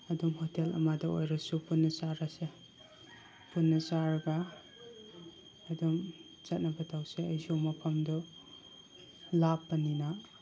ꯑꯗꯨꯝ ꯍꯣꯇꯦꯜ ꯑꯃꯗ ꯑꯣꯏꯔꯁꯨ ꯄꯨꯟꯅ ꯆꯥꯔꯁꯦ ꯄꯨꯟꯅ ꯆꯥꯔꯒ ꯑꯗꯨꯝ ꯆꯠꯅꯕ ꯇꯧꯁꯦ ꯑꯩꯁꯨ ꯃꯐꯝꯗꯨ ꯂꯥꯞꯄꯅꯤꯅ